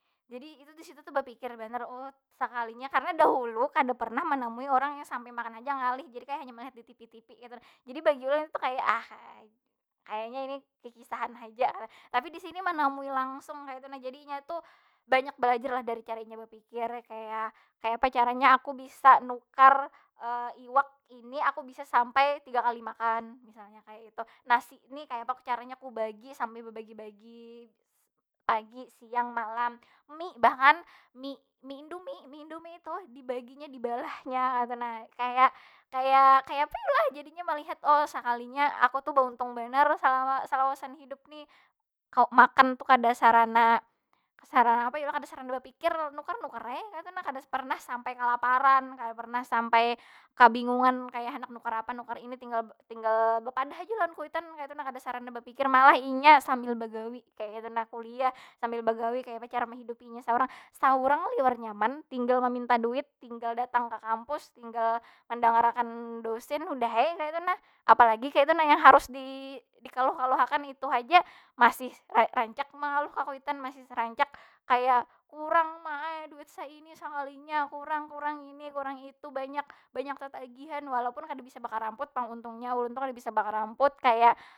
Jadi itu tu di situ tu bepikir banar, sakalinya. Karena dahulu kada pernah menamui urang yang sampai makan haja ngalih. jadi kaya hanyar malihat di tipi- tipi kaytu nah. jadi bagi ulun itu kaya kayanya ini kikisahan haja nah. Tapi di sini manamui langsung, kaytu nah. Jadi inya tu banyak balajar lah dari cara inya bapikir. Kaya, kayapa caranya aku bisa nukar iwak ini aku bisa sampai tiga kali makan, misalnya kaya itu. Nasi ni kayapa caranya ku bagi sambil babagi- bagi pagi, siang, malam. Mie bahkan, mie indomie, mie indomie itu, dibaginya dibalahnya kaytu nah. Kaya- kaya- kaya apa yu lah? Jadinya malihat, sakalinya aku tu bauntung banar salama, salawasan hidup nih. makan tu kada sarana- sarana kada sarana bapikir, nukar nukar ai kaytu nah. Kada pernah sampai kalaparan, kada pernah sampai kabingungan kaya handak nukar apa, nukar ini tinggal tinggal bepadah aja lawan kuitan kaytu nah. Kada sarana bapikir, malah inya sambil bagawi kaytu nah. Kuliah sambil bagawi, kayapa cara mahidupi inya saurang. Saurang liwar nyaman, tinggal maminta duit, tinggal datang ka kampus, tinggal mandangar akan dosen, udah ai kaytu nah. Apalagi kaytu nah yang harus di- dikaluh- kaluh akan itu haja, masih ra- rancak mangaluh ka kuitan, masih rancak kaya kurang ma ai duit saini sakalinya, kurang- kurang ini, kurang itu banyak, banyak tatagihan walaupun kada bisa bakaramput pang untungnya. Ulun tu kada bisa bakaramput kaya.